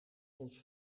ons